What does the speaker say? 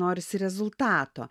norisi rezultato